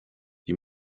die